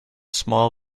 small